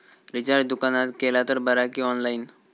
Recharge दुकानात केला तर बरा की ऑनलाइन?